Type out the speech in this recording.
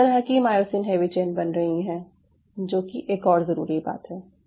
किस तरह की मायोसिन हैवी चेन बन रही हैं जो कि एक और ज़रूरी बात है